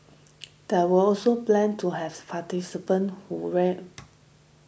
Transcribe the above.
there were also plans to have participants who wear